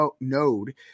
node